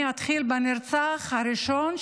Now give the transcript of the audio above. אני אתחיל בנרצח הראשון,